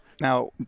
Now